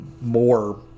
more